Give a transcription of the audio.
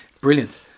Brilliant